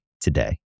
today